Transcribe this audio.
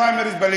אין לכם פריימריז.